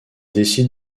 décide